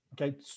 Okay